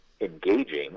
engaging